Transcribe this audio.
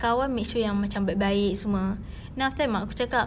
kawan make sure yang baik-baik semua then after that mak aku cakap